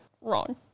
wrong